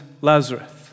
Lazarus